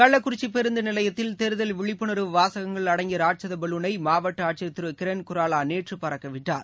கள்ளக்குறிச்சிபேருந்தநிலையத்தில் தேர்தல் விழிப்புனர்வு வாசகங்கள் அடங்கியராட்சதபலூனை மாவட்டஆட்சியர் திருகிரண் குராவாநேற்றுபறக்கவிட்டார்